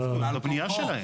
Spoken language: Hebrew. אבל אתה מוכר בעל כורחו.